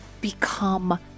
become